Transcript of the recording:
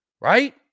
right